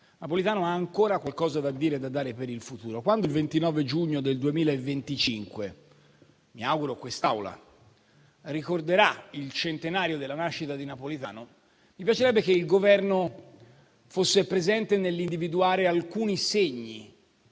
ma ha ancora qualcosa da dire e da dare per il futuro. Il 29 giugno 2025, quando mi auguro che quest'Assemblea ricorderà il centenario della nascita di Napolitano, mi piacerebbe che il Governo fosse presente nell'individuare alcuni segni